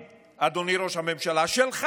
אותו ראש ממשלה חוזר לסורו,